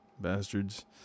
bastard's